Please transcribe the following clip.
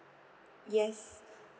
yes